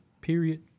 period